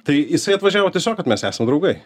tai jisai atvažiavo tiesiog kad mes esam draugai